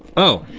oh.